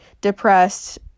depressed